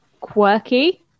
quirky